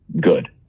good